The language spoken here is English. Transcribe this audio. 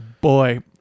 boy